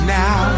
now